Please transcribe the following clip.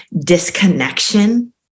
disconnection